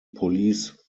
police